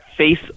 Face